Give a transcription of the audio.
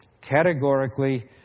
categorically